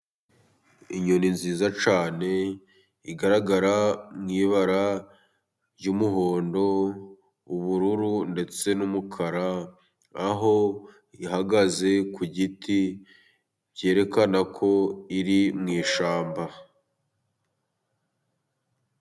Inyoni nziza cyane， igaragara mu ibara ry'umuhondo，ubururu， ndetse n'umukara，aho ihagaze ku giti cyerekana ko iri mu ishyamba.